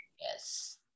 Yes